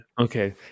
Okay